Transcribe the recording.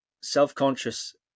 self-conscious